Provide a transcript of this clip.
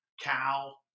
cow